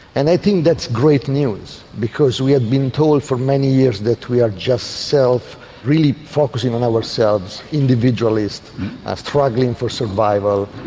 and i think that's great news because we have been told for many years that we are just really focussing on ourselves, individualists ah struggling for survival,